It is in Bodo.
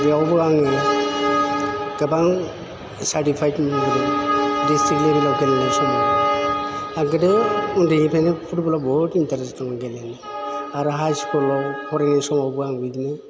बेयावबो आङो गोबां सार्टिफाइट मोनबोदों दिसट्रिक लेभेलाव गेलेनाय समाव आरो गोदो उन्दैनिफ्रायनो फुटबलाव बुहुत इन्टारेस्ट दंमोन गेलेनो आरो हाइ स्कुलाव फरायनाय समावबो आं बिदिनो